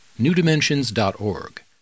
newdimensions.org